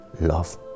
love